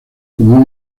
como